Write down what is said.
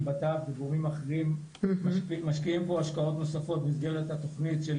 -- וגורמים אחרים משקיעים פה השקעות נוספות במסגרת התוכנית של